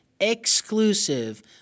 exclusive